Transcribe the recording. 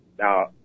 Now